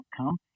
outcome